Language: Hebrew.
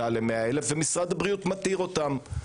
ל-100,000 ומשרד הבריאות מתיר אותם.